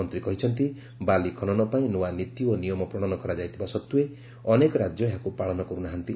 ମନ୍ତ୍ରୀ କହିଛନ୍ତି ବାଲି ଖନନ ପାଇଁ ନୂଆ ନୀତି ଓ ନିୟମ ପ୍ରଣୟନ କରାଯାଇଥିବା ସତ୍ତ୍ୱେ ଅନେକ ରାଜ୍ୟ ଏହାକୁ ପାଳନ କରୁନାହାନ୍ତି